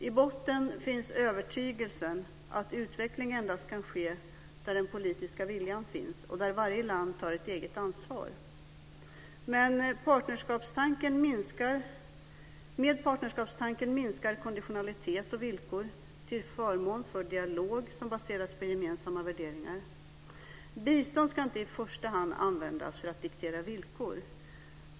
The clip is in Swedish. I botten finns övertygelsen att utveckling endast kan ske där den politiska viljan finns och där varje land tar ett eget ansvar. Med partnerskapstanken minskar konditionalitet och villkor till förmån för dialog som baseras på gemensamma värderingar. Bistånd ska inte i första hand användas för att diktera villkor.